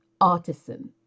artisan